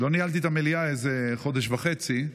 לא ניהלתי את המליאה חודש וחצי,